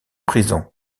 prison